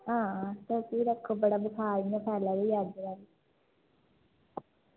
ते तुस भी इ'यां बुखार अजकल फैला दा ई बड़ा